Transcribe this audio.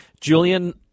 Julian